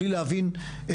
בלי להבין,